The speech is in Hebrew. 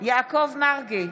יעקב מרגי,